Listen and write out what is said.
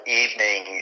evening